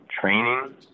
training